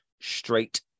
straight